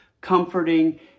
comforting